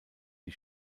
die